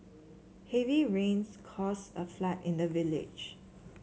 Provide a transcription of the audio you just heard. heavy rains caused a flood in the village